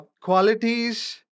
qualities